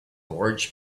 large